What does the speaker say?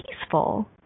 peaceful